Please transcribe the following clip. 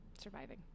surviving